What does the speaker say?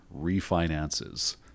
refinances